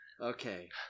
Okay